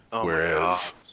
Whereas